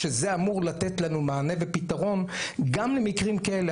שזה אמור לתת לנו מענה ופתרון גם למקרים כאלה.